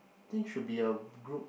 I think should be a g~ group